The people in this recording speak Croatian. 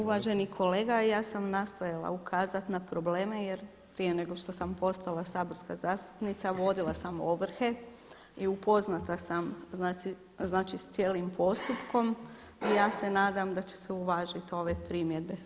Uvaženi kolega, ja sam nastojala ukazati na probleme jer prije nego što sam postala saborska zastupnica vodila sam ovrhe i upoznata sam znači sa cijelim postupkom i ja se nadam da će se uvažiti ove primjedbe.